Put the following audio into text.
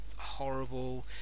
horrible